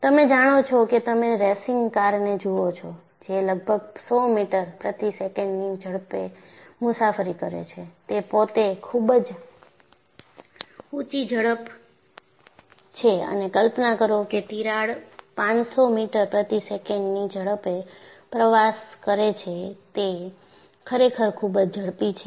તમે જાણો છો કે તમે રેસિંગ કારને જુઓ છો જે લગભગ 100 મીટર પ્રતિ સેકન્ડની ઝડપે મુસાફરી કરે છે તે પોતે ખૂબ જ ઊંચી ઝડપ છે અને કલ્પના કરો કે તિરાડ 500 મીટર પ્રતિ સેકન્ડની ઝડપે પ્રવાસ કરે છે તે ખરેખર ખૂબ જ ઝડપી છે